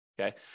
Okay